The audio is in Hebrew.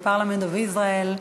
the parliament of Israel.